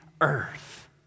Earth